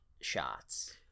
shots